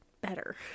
better